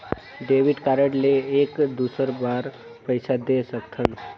Debit card ले एक दुसर बार पइसा दे सकथन?